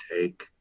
take